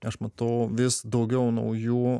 aš matau vis daugiau naujų